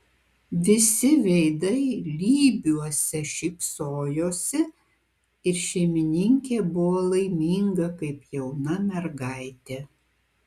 visi veidai lybiuose šypsojosi ir šeimininkė buvo laiminga kaip jauna mergaitė